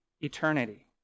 eternity